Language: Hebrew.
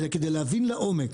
אלא כדי להבין לעומק.